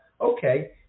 okay